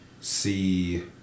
see